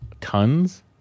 tons